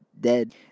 dead